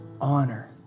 honor